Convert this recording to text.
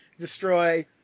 destroy